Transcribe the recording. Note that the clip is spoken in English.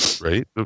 right